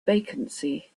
vacancy